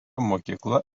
mokykla